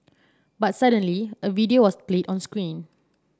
but suddenly a video was played on screen